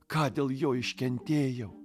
ką dėl jo iškentėjau